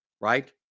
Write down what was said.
right